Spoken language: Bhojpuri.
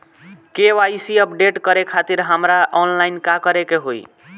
के.वाइ.सी अपडेट करे खातिर हमरा ऑनलाइन का करे के होई?